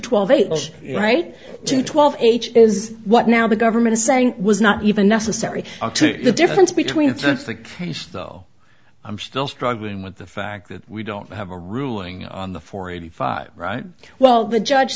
to twelve h is what now the government is saying was not even necessary to the difference between it's the case though i'm still struggling with the fact that we don't have a ruling on the four eighty five right well the judge